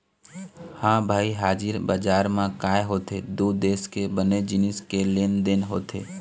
ह भई हाजिर बजार म काय होथे दू देश के बने जिनिस के लेन देन होथे